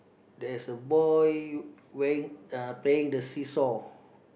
there's a boy wearing uh playing the seasaw